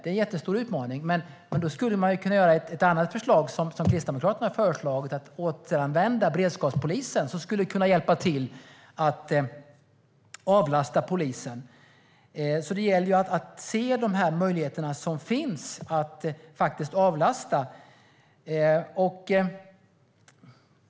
Det är en jättestor utmaning, men då skulle man kunna ta ett annat förslag från Kristdemokraterna, nämligen att återanvända beredskapspolisen för att hjälpa till att avlasta polisen. Det gäller alltså att se de möjligheter som finns att faktiskt avlasta.